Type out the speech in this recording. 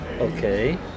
Okay